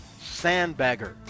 Sandbagger